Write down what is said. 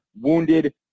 wounded